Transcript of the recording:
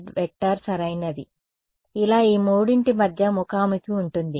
jωε0 Esz సరైనది సరే ఇలా ఈ మూడింటి మధ్య ముఖాముఖి ఉంటుంది